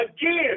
again